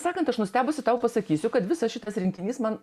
sakant aš nustebusi tau pasakysiu kad visas šitas rinkinys man